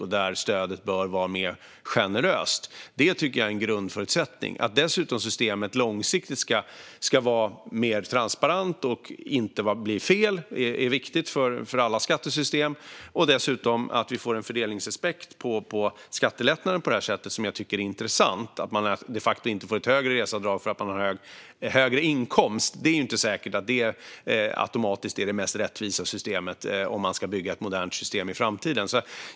Där bör stödet vara mer generöst. Det tycker jag är en grundförutsättning. Systemet ska dessutom långsiktigt vara mer transparent och det får inte bli fel, vilket är viktigt för alla skattesystem. Vi måste också få en fördelningsaspekt på skattelättnaden på det här sättet, vilket jag tycker är intressant. Man ska inte få ett högre reseavdrag bara för att man har högre inkomst. Det är inte säkert att det vore det mest rättvisa om man ska bygga ett modernt system för framtiden.